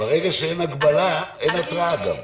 ברגע שאין הגבלה אין התראה גם.